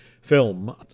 film